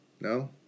No